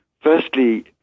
Firstly